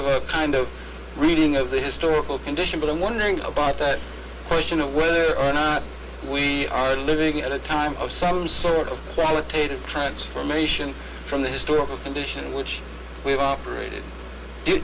of a kind of reading of the historical condition but i'm wondering about the question of whether or not we are living in a time of some sort of qualitative transformation from the historical condition in which we've operated